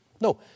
No